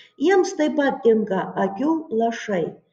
jiems taip pat tinka akių lašai